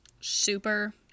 super